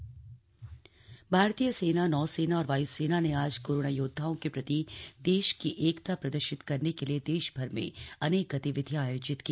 Covid योद्वाओं का सम्मान भारतीय सेनाए नौसेना और वाय्सेना ने आज कोरोना योद्वाओं के प्रति देश की एकता प्रदर्शित करने के लिए देशभर में अनेक गतिविधियां आयोजित की